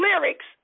lyrics